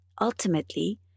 ultimately